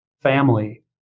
family